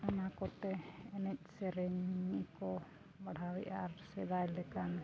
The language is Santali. ᱚᱱᱟ ᱠᱚᱛᱮ ᱮᱱᱮᱡ ᱥᱮᱨᱮᱧ ᱠᱚ ᱯᱟᱲᱦᱟᱣᱮᱜᱼᱟ ᱥᱮᱫᱟᱭ ᱞᱮᱠᱟᱱ